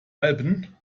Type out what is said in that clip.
alpen